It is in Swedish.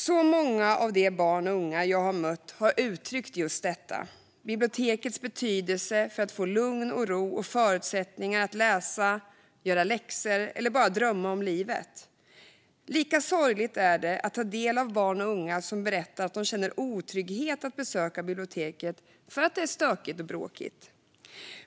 Så många av de barn och unga jag mött har uttryckt just detta: bibliotekets betydelse för att få lugn och ro och förutsättningar att läsa, göra läxor eller bara drömma om livet. Lika sorgligt är det att ta del av barns och ungas berättelser om att de känner otrygghet när de besöker biblioteket för att det är stökigt och bråkigt.